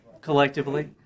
collectively